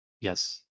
Yes